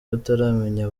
bataramenya